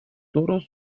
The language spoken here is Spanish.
toros